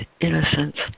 innocence